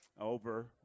over